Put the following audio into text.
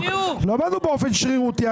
לא באנו באופן שרירותי.